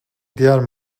diğer